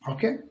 Okay